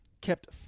kept